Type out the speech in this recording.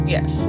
Yes